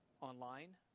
online